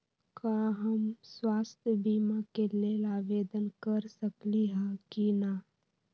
का हम स्वास्थ्य बीमा के लेल आवेदन कर सकली ह की न?